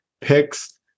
picks